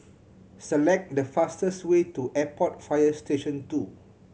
select the fastest way to Airport Fire Station Two